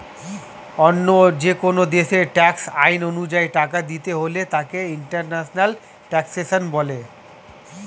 অন্য যেকোন দেশের ট্যাক্স আইন অনুযায়ী টাকা দিতে হলে তাকে ইন্টারন্যাশনাল ট্যাক্সেশন বলে